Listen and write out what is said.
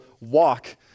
walk